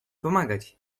pomagać